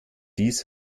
dies